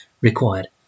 required